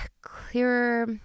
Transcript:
clearer